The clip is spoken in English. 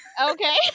Okay